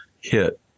hit